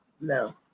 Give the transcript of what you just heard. No